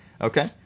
Okay